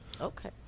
Okay